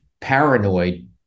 paranoid